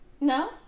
no